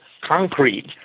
concrete